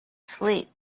sleep